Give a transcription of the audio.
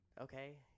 Okay